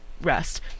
Rest